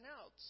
else